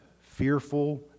fearful